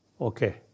Okay